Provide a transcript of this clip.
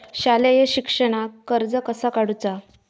शालेय शिक्षणाक कर्ज कसा काढूचा?